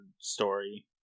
story